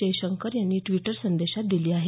जयशंकर यांनी ड्विटर संदेशात दिली आहे